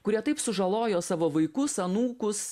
kurie taip sužalojo savo vaikus anūkus